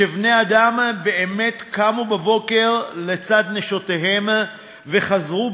שבני-אדם באמת קמו בבוקר לצד נשותיהם וחזרו